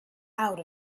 out